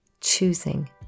choosing